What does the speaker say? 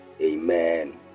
Amen